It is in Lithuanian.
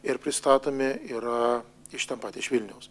ir pristatomi yra iš ten pat iš vilniaus